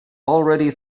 already